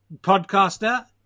podcaster